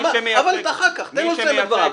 מי שמייצג --- תן לו לסיים את דבריו,